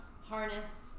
harness